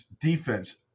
defense